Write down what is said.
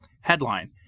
Headline